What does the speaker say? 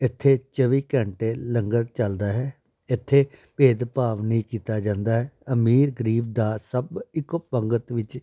ਇੱਥੇ ਚੌਵੀ ਘੰਟੇ ਲੰਗਰ ਚੱਲਦਾ ਹੈ ਇੱਥੇ ਭੇਦ ਭਾਵ ਨਹੀਂ ਕੀਤਾ ਜਾਂਦਾ ਅਮੀਰ ਗਰੀਬ ਦਾ ਸਭ ਇੱਕੋ ਪੰਗਤ ਵਿੱਚ